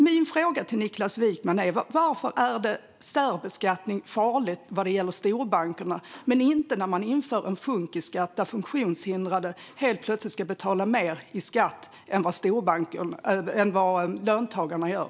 Min fråga till Niklas Wykman är: Varför är särbeskattning farlig när det gäller storbankerna men inte när man inför en funkisskatt, där funktionshindrade helt plötsligt ska betala mer i skatt än vad löntagarna gör?